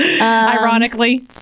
Ironically